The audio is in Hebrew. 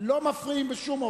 לא מפריעים בשום אופן.